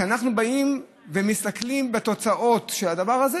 כשאנחנו מסתכלים בתוצאות של הדבר הזה,